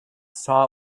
saw